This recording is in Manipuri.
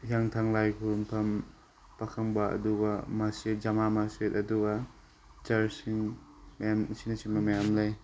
ꯍꯤꯌꯥꯡꯊꯥꯡ ꯂꯥꯏ ꯈꯨꯔꯨꯝꯐꯝ ꯄꯥꯈꯪꯕ ꯑꯗꯨꯒ ꯃꯁꯖꯤꯗ ꯖꯃꯥ ꯃꯁꯖꯤꯗ ꯑꯗꯨꯒ ꯆꯔꯆꯁꯤꯡ ꯃꯌꯥꯝ ꯑꯁꯤꯅꯆꯤꯡꯕ ꯃꯌꯥꯝ ꯂꯩ